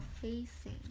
facing